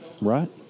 Right